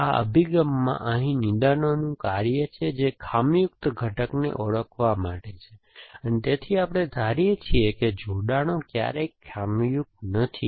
આ અભિગમમાં અહીં નિદાનનું કાર્ય છે જે ખામીયુક્ત ઘટકને ઓળખવા માટે છે અને તેથી આપણે ધારીએ છીએ કે જોડાણો ક્યારેય ખામીયુક્ત નથી